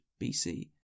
BC